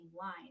line